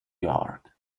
yard